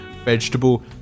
vegetable